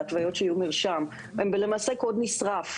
להתוויות שיהיו מרשם הוא למעשה קוד נשרף,